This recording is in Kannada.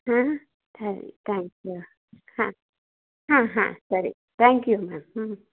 ಹಾಂ ಸರಿ ತ್ಯಾಂಕ್ ಯು ಹಾಂ ಹಾಂ ಹಾಂ ಸರಿ ತ್ಯಾಂಕ್ ಯು ಮ್ಯಾಮ್ ಹ್ಞೂ